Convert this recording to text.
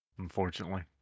Unfortunately